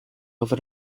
over